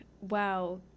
wow